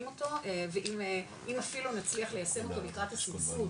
אותו ואם אפילו נצליח ליישם אותו לקראת הסבסוד